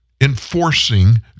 Enforcing